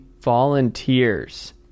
Volunteers